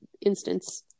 instance